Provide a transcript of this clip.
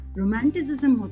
romanticism